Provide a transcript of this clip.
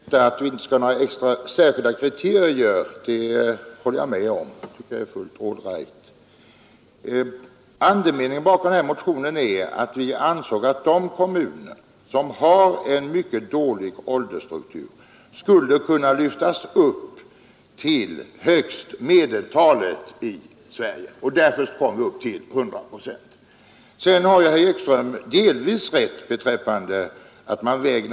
Herr talman! Att vi inte skall uppställa några särskilda kriterier för extra bidrag håller jag med om; det är fullt all right. Andemeningen i motionen är att vi ansåg att de kommuner som har en mycket dålig åldersstruktur skulle kunna lyftas upp till högst samma nivå som medeltalet kommuner i Sverige, och därför kom vi upp till 100 procent. Herr Ekström har delvis rätt beträffande åldersstrukturen.